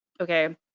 okay